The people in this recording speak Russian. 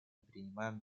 принимаем